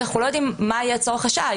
כי אנחנו לא יודעים מה יהיה צורך השעה.